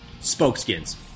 Spokeskins